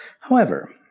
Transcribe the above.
However